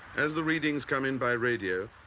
as the readings come in by radio,